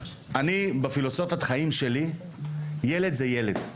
אני בפילוסופיית חיים שלי ילד זה ילד,